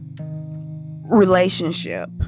relationship